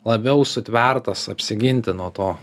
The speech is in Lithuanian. labiau sutvertas apsiginti nuo to